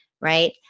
right